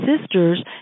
sisters